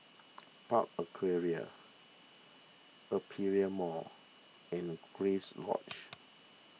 Park Aquaria Aperia Mall and Grace Lodge